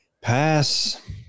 Pass